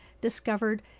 discovered